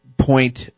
Point